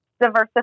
diversify